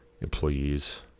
employees